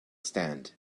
stand